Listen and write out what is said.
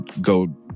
go